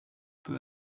peu